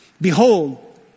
Behold